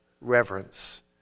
reverence